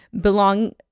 belong